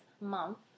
month